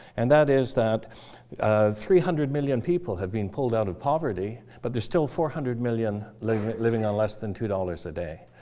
and that is that three hundred million people have been pulled out of poverty. but there's still four hundred million living living on less than two dollars a day.